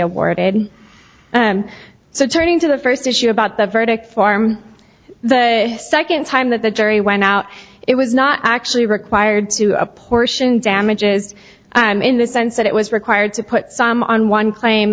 awarded and so turning to the first issue about the verdict form the second time that the jury went out it was not actually required to apportion damages in the sense that it was required to put some on one cla